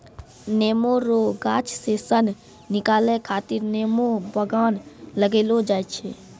नेमो रो गाछ से सन निकालै खातीर नेमो बगान लगैलो जाय छै